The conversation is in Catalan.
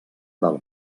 del